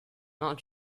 not